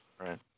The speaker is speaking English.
Right